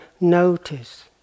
notice